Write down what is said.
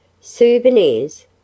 Souvenirs